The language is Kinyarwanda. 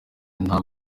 nta